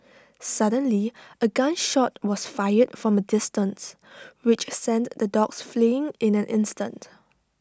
suddenly A gun shot was fired from A distance which sent the dogs fleeing in an instant